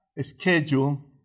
schedule